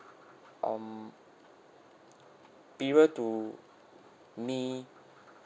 um be it will to me